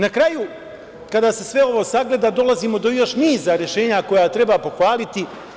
Na kraju, kada se sve ovo sagleda, dolazimo do još niza rešenja koja treba pohvaliti.